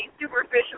superficial